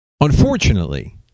Unfortunately